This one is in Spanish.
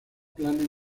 planes